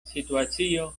situacio